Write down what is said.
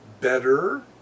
better